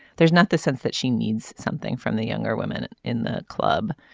there's not the sense that she needs something from the younger women in the club.